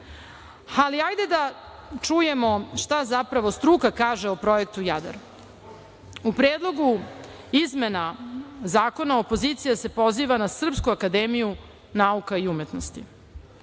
šumara. Hajde da čujemo šta zapravo struka kaže o projektu Jadar. U predlogu izmena zakona opozicija se poziva na Srpsku akademiju nauka i umetnosti,